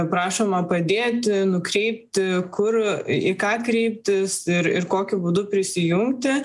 prašoma padėti nukreipti kur į ką kreiptis ir ir kokiu būdu prisijungti